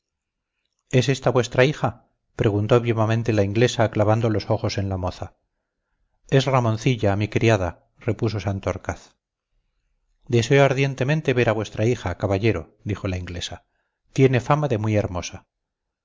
es esta vuestra hija preguntó vivamente la inglesa clavando los ojos en la moza es ramoncilla mi criada repuso santorcaz deseo ardientemente ver a vuestra hija caballero dijo la inglesa tiene fama de muy hermosa